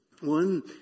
One